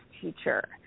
teacher